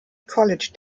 college